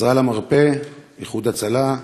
"עזרה למרפא", "איחוד הצלה",